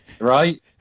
right